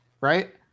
right